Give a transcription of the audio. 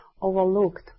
overlooked